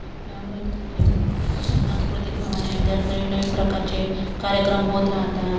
आपल्या अमरावतीमध्ये सांस्कृतिक भवन आहे त्यात नवीन नवीन प्रकारचे कार्यक्रम होत राहतात